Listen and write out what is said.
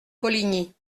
poligny